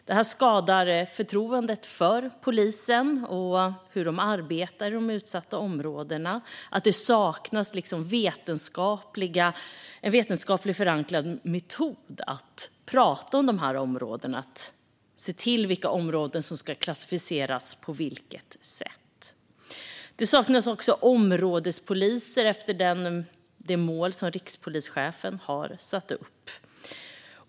Det skadar förtroendet för polisen och för hur de arbetar i de utsatta områdena. Det saknas en vetenskapligt förankrad metod att tala om de här områdena och se till vilka områden som ska klassificeras på vilket sätt. Det saknas också områdespoliser för att nå det mål som rikspolischefen har satt upp.